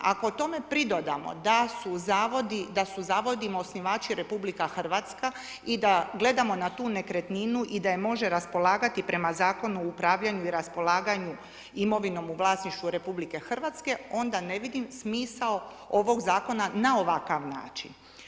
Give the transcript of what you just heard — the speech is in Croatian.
Ako to pridodamo da su zavodima osnivači RH i da gledamo na tu nekretninu i da je može raspolagati prema Zakonu o upravljanju i raspolaganju imovinom u vlasništvu RH, onda ne vidim smisao ovog Zakona na ovakav način.